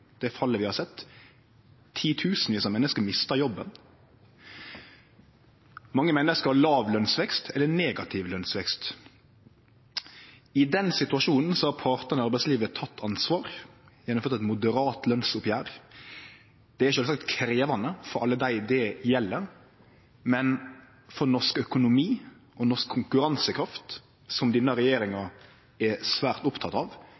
det fallet vi har sett. Titusenvis av menneske mistar jobben. Mange menneske har låg lønsvekst eller negativ lønsvekst. I den situasjonen har partane i arbeidslivet teke ansvar og gjennomført eit moderat lønsoppgjer. Det er sjølvsagt krevjande for alle dei det gjeld, men for norsk økonomi og norsk konkurransekraft, som denne regjeringa er svært oppteken av,